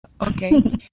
Okay